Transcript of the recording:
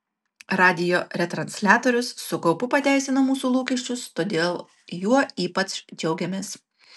radijo retransliatorius su kaupu pateisino mūsų lūkesčius todėl juo ypač džiaugiamės